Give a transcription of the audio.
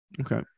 Okay